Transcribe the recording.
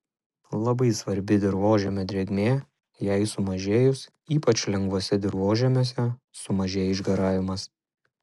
labai svarbi dirvožemio drėgmė jai sumažėjus ypač lengvuose dirvožemiuose sumažėja išgaravimas